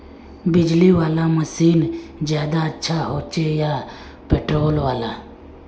बिजली वाला मशीन ज्यादा अच्छा होचे या पेट्रोल वाला?